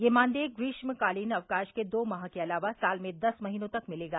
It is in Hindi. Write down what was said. यह मानदेय ग्रीष्मकालीन अवकाश के दो माह के अलावा साल में दस महीनों तक मिलेगा